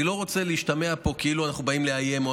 אני לא רוצה שישתמע פה כאילו אנחנו באים לאיים.